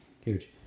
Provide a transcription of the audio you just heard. Huge